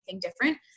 different